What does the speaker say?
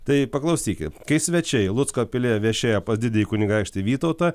tai paklausyki kai svečiai lucko pilyje viešėjo pas didįjį kunigaikštį vytautą